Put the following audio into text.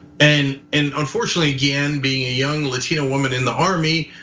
and and unfortunately, again, being a young latina woman in the army,